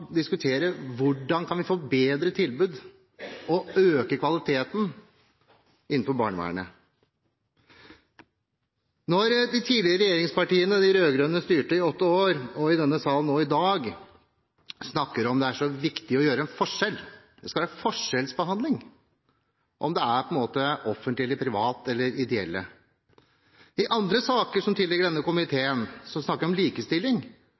diskutere hvordan vi kan få bedre tilbud og øke kvaliteten innenfor barnevernet. De tidligere regjeringspartiene og de rød-grønne styrte i åtte år, og de snakker i denne salen nå i dag om at det er så viktig å gjøre en forskjell – det skal være forskjellsbehandling med tanke på om det er offentlige, private eller ideelle. I andre saker som tilligger denne komiteen, snakker man om likestilling